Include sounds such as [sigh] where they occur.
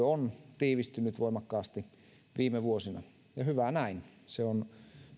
[unintelligible] on tiivistynyt voimakkaasti viime vuosina ja hyvä näin se on